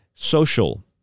Social